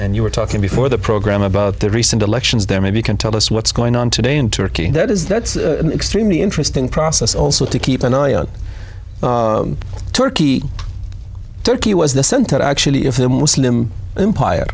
and you were talking before the program about the recent elections there maybe can tell us what's going on today in turkey that is that's extremely interesting process also to keep an eye on turkey turkey was the center actually of the muslim empire